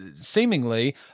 seemingly